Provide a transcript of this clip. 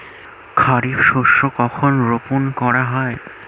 খারিফ শস্য কখন রোপন করা হয়?